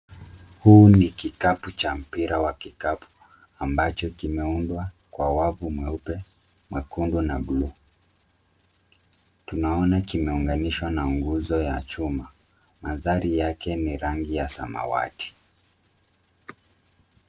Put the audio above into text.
Huu ni kikapu cha mpira wa kikapu ambacho kimeundwa kwa wavu mweupe, mwekundu na bluu. Tunaona kimeunganishwa na nguzo ya chuma. Mandhari yake ni rangi ya samawati.